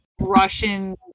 Russian